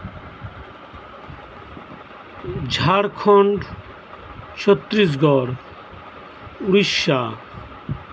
Jharkhand Chhattisgarh Odisha